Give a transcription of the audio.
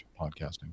podcasting